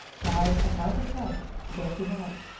tired and out of health though he was,